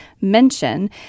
mention